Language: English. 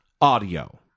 audio